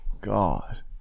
God